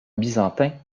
byzantin